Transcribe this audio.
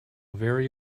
very